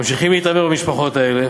ממשיכים להתעמר במשפחות האלה.